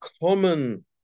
common